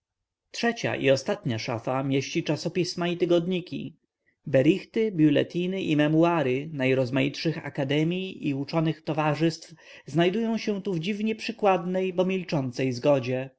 trzecia i ostatnia szafa mieści czasopisma i tygodniki berichty bulletiny i memoiry najrozmaitszych akademii i uczonych towarzystw znajdują się tu w dziwnie przykładnej bo milczącej zgodzie